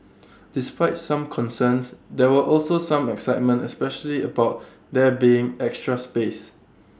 despite some concerns there were also some excitement especially about there being extra space